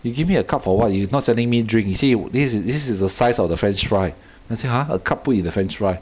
you give me a cup for [what] you not selling me drink she say this this is the size of the french fry then I say !huh! a cup put in the french fry